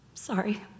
Sorry